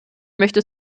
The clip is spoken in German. möchte